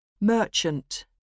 Merchant